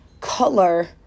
color